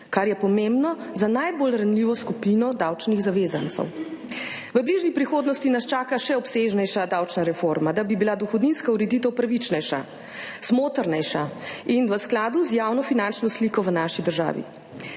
kar je pomembno za najbolj ranljivo skupino davčnih zavezancev. V bližnji prihodnosti nas čaka še obsežnejša davčna reforma, da bi bila dohodninska ureditev pravičnejša, smotrnejša in v skladu z javno finančno sliko v naši državi.